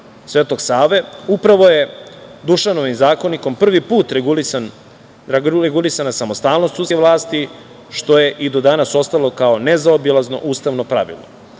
Svetog Save. Upravo je Dušanovim zakonikom prvi put regulisana samostalnost sudske vlasti, što je i do danas ostalo kao nezaobilazno ustavno